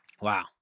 Wow